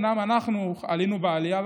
אומנם אנחנו באמת עלינו בעלייה,